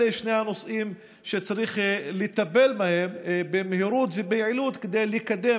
אלה שני הנושאים שצריך לטפל בהם במהירות וביעילות כדי לקדם